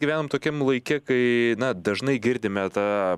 gyvenam tokiam laike kai na dažnai girdime tą